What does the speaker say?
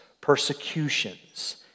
persecutions